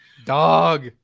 dog